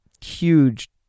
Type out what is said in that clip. huge